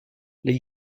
les